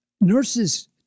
nurses